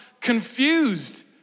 confused